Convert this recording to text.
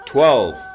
Twelve